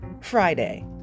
Friday